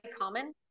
common